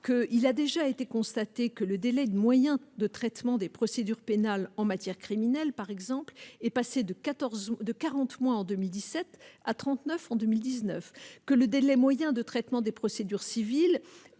que il a déjà été constaté que le délai de moyens de traitement des procédures pénales en matière criminelle, par exemple, est passé de 14 ou de 40 mois en 2017 à 39 en 2019 que le délai moyen de traitement des procédures civiles